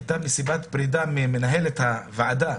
הייתה מסיבת פרידה ממנהלת הוועדה,